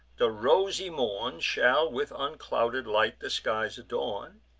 the rosy morn shall with unclouded light the skies adorn,